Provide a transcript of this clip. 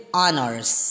honors